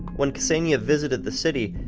when ksenia visited the city,